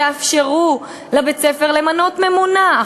תאפשרו לבית-הספר למנות ממונה,